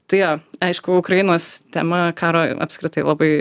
tai jo aišku ukrainos tema karo apskritai labai